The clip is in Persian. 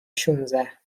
شانزده